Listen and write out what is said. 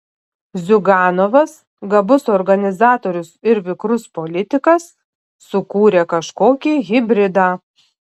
ziuganovas gabus organizatorius ir vikrus politikas sukūrė kažkokį hibridą